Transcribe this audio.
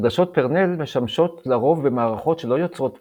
עדשות פרנל משמשות לרוב במערכות שלא יוצרות תמונה,